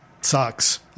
sucks